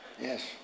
yes